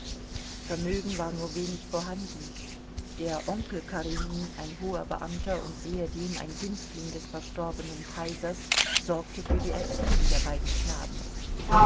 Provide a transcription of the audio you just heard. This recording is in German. vermögen war nur wenig vorhanden der onkel karenin ein hoher beamter und ehedem ein günstling des verstorbenen kaisers sorgte für die erziehung der beiden knaben